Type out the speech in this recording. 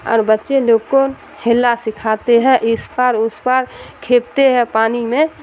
اور بچے لوگ کو ہیلا سکھاتے ہیں اس پار اس پار کھیپتے ہے پانی میں